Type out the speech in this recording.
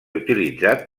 utilitzat